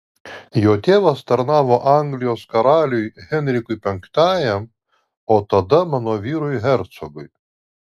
jo tėvas tarnavo anglijos karaliui henrikui v o tada mano vyrui hercogui